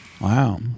Wow